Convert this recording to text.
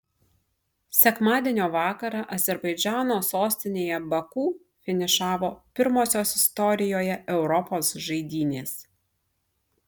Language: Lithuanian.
sekmadienio vakarą azerbaidžano sostinėje baku finišavo pirmosios istorijoje europos žaidynės